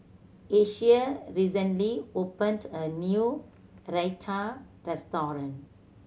Asia recently opened a new Raita restaurant